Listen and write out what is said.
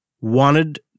wanted